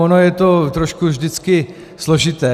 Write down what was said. Ono je to trošku vždycky složité.